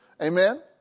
Amen